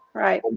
right.